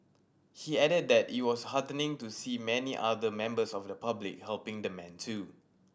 he added that it was heartening to see many other members of the public helping the man too